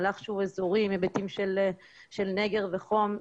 מהלך שהוא אזורי עם היבטים של נגר וחום.